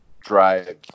drive